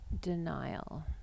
denial